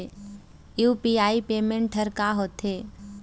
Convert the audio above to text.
UPI payment हर का होते?